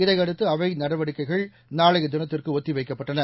இதையடுத்து அவை நடவடிக்கைகள் நாளைய தினத்துக்கு ஒத்தி வைக்கப்பட்டன